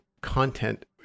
content